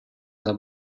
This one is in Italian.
dal